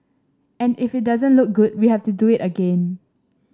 and if it doesn't look good we have to do it again